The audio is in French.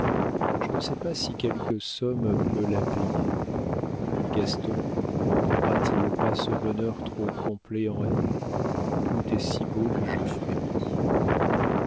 je ne sais pas si quelque somme peut la payer gaston ne prendra t il pas ce bonheur trop complet en haine tout est si beau que je frémis